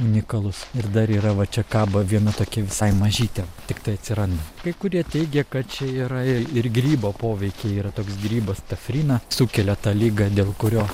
unikalus ir dar yra va čia kaba viena tokia visai mažytė tiktai atsiranda kai kurie teigia kad čia yra ir grybo poveikiai yra toks grybas taphrina sukelia tą ligą dėl kurio